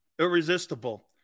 irresistible